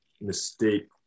mistake